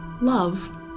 love